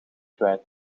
kwijt